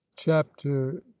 chapter